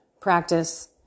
practice